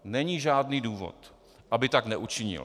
Není žádný důvod, aby tak neučinil.